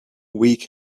week